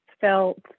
felt